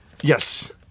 yes